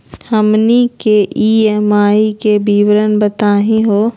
हमनी के ई.एम.आई के विवरण बताही हो?